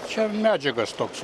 čia medžiagas toks